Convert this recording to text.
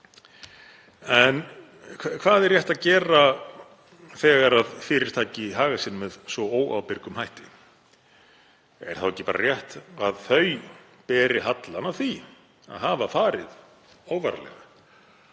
En hvað er rétt að gera þegar fyrirtæki haga sér með svo óábyrgum hætti? Er þá ekki bara rétt að þau beri hallann af því að hafa farið óvarlega?